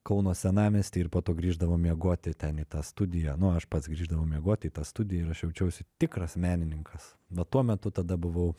kauno senamiesty ir po to grįždavom miegoti ten į tą studiją nu aš pats grįždavau miegoti į tą studiją ir aš jaučiausi tikras menininkas va tuo metu tada buvau